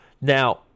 now